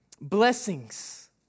Blessings